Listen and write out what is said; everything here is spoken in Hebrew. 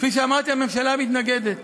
כפי שאמרתי, הממשלה מתנגדת.